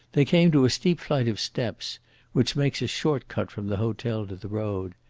they came to a steep flight of steps which makes a short cut from the hotel to the road,